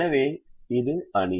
எனவே இது அணி